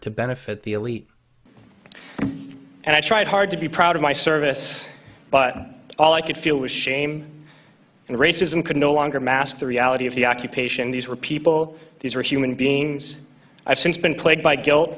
to benefit the elite and i tried hard to be proud of my service but all i could feel was shame and racism could no longer mask the reality of the occupation these were people these were human beings i've since been plagued by guilt